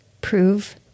Prove